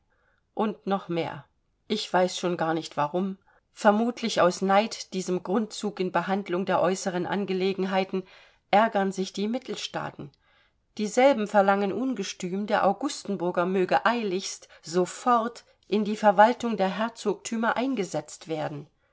und noch mehr ich weiß schon gar nicht warum vermutlich aus neid diesem grundzug in behandlung der äußeren angelegenheiten ärgern sich die mittelstaaten dieselben verlangen ungestüm der augustenburger möge eiligst sofort in die verwaltung der herzogtümer eingesetzt werden